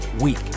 week